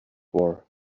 war